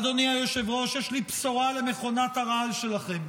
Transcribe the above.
אדוני היושב-ראש, יש לי בשורה למכונת הרעל שלכם: